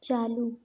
चालू